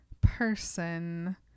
person